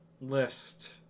list